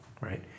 right